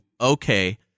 okay